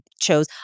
chose